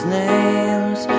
names